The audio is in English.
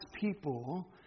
people